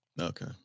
Okay